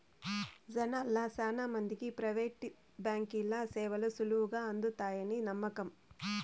జనాల్ల శానా మందికి ప్రైవేటు బాంకీల సేవలు సులువుగా అందతాయని నమ్మకం